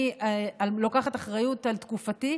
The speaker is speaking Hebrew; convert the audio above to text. אני לוקחת אחריות על תקופתי.